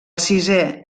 sisè